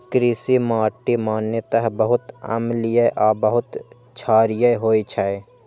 कृषि माटि सामान्यतः बहुत अम्लीय आ बहुत क्षारीय होइ छै